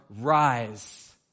rise